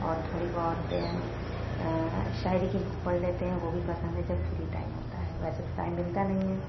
اور تھوڑی بہت شاعری کی بک پڑھ لیتے ہیں وہ بھی پسند ہے جب ف ری ٹائم ہوتا ہے ویسے ٹائم ملتا نہیں ہے